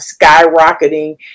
skyrocketing